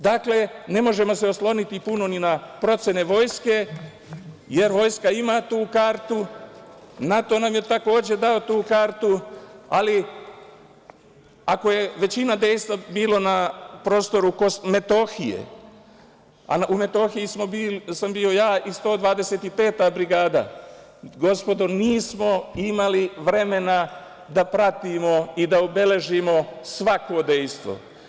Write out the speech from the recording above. Dakle, ne možemo se osloniti puno ni na procene Vojske, jer Vojska ima tu kartu, NATO nam je, takođe, dao tu kartu, ali ako je većina dejstva bila na prostoru Metohije, a u Metohiji sam bio ja i 125. brigada, gospodo, nismo imali vremena da pratimo i da obeležimo svako dejstvo.